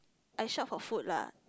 I shop for food lah